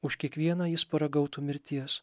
už kiekvieną jis paragautų mirties